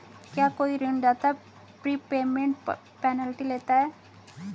क्या कोई ऋणदाता प्रीपेमेंट पेनल्टी लेता है?